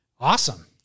awesome